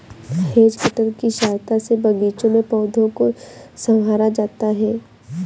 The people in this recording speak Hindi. हैज कटर की सहायता से बागीचों में पौधों को सँवारा जाता है